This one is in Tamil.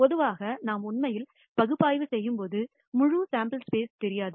பொதுவாக நாம் உண்மையில் பகுப்பாய்வு செய்யும்போது முழு சேம்பிள் ஸ்பேஸ் தெரியாது